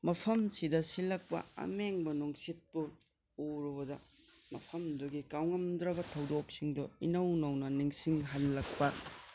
ꯃꯐꯝꯁꯤꯗ ꯁꯤꯠꯂꯛꯄ ꯑꯃꯦꯡꯕ ꯅꯨꯡꯁꯤꯠꯄꯨ ꯎꯔꯨꯕꯗ ꯃꯐꯝꯗꯨꯒꯤ ꯀꯥꯎꯉꯝꯗ꯭ꯔꯕ ꯊꯧꯗꯣꯛꯁꯤꯡꯗꯣ ꯏꯅꯧ ꯅꯧꯅ ꯅꯤꯡꯁꯤꯡꯍꯟꯜꯛꯄ